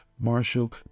Marshall